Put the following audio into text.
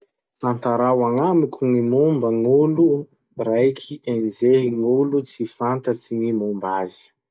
Tantarao agnamiko gny momba gn'olo raiky enjehin'olo tsy fantatsy gny momba azy.